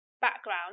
background